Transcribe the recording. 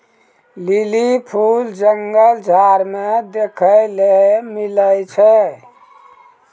lily फूल जंगल झाड़ मे देखै ले मिलै छै